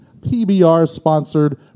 PBR-sponsored